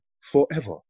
Forever